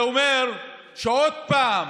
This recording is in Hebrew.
זה אומר שעוד פעם